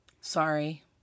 Sorry